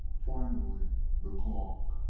finally, the clock!